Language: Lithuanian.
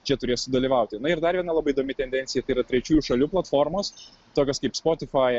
čia turės sudalyvauti na ir dar viena labai įdomi tendencija tai yra trečiųjų šalių platformos tokios kaip spotifai